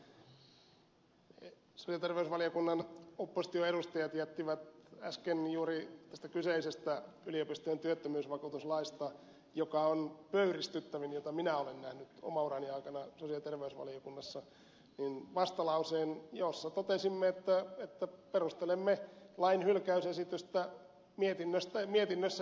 sosiaali ja terveysvaliokunnan oppositioedustajat jättivät äsken juuri tästä kyseisestä yliopistojen työttömyysvakuutuslaista joka on pöyristyttävin jonka minä olen nähnyt oman urani aikana sosiaali ja terveysvaliokunnassa vastalauseen jossa totesimme että perustelemme lain hylkäysesitystä mietinnössä ilmenevistä syistä